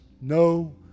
no